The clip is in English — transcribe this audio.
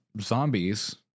Zombies